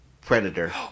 Predator